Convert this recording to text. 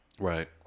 Right